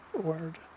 word